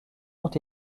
ont